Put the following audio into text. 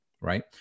right